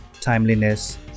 timeliness